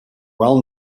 well